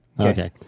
Okay